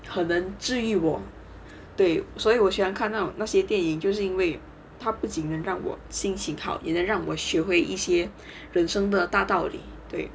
可能至于我对所以我喜欢看到那些电影就是因为它不仅能让我心情好还能让我学会一些人生的大道理对